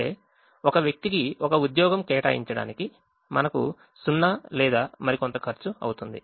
అంటే ఒక వ్యక్తికి ఒక ఉద్యోగం కేటాయించడానికి మనకు 0 లేదా మరికొంత ఖర్చు అవుతుంది